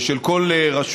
ושל כל רשויות